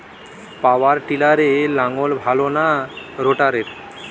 পাওয়ার টিলারে লাঙ্গল ভালো না রোটারের?